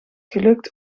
gelukt